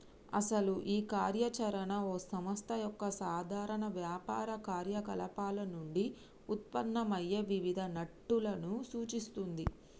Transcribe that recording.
అసలు ఈ కార్య చరణ ఓ సంస్థ యొక్క సాధారణ వ్యాపార కార్యకలాపాలు నుండి ఉత్పన్నమయ్యే వివిధ నట్టులను సూచిస్తుంది